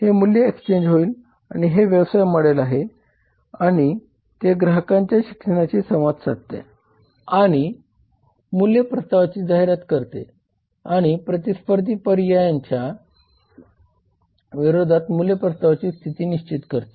हे मूल्य एक्सचेंज होईल आणि हे व्यवसाय मॉडेल आहे आणि ते ग्राहकांच्या शिक्षणाशी संवाद साधते आणि मूल्य प्रस्तावाची जाहिरात करते आणि प्रतिस्पर्धी पर्यायांच्या विरोधात मूल्य प्रस्तावाची स्थिती निश्चित करते